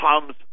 comes